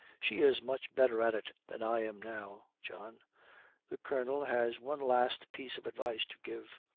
she is much better at it than i am now, john the colonel has one last piece of advice to give.